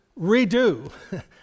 redo